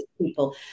people